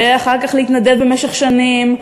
ואחר כך להתנדב במשך שנים,